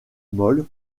molle